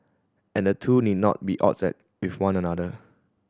and the two need not be odds at with one another